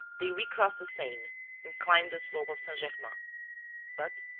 they re-crossed the seine and climbed the slope of saint-germain but,